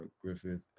griffith